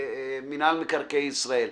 ברשות מקרקעי ישראל.